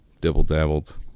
dibble-dabbled